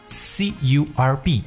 curb